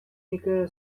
яке